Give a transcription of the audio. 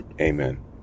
Amen